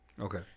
Okay